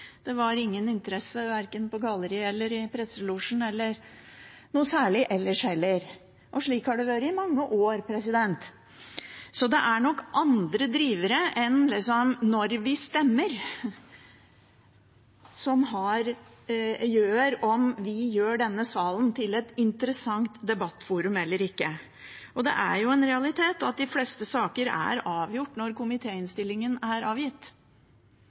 Det var ingen interesse verken på galleriet eller i presselosjen – eller noe særlig ellers heller. Slik har det vært i mange år. Så det er nok andre drivere enn når vi stemmer som avgjør om vi gjør denne salen til et interessant debattforum eller ikke. Det er jo en realitet at de fleste saker er avgjort når komitéinnstillingen er avgitt.